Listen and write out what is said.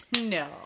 No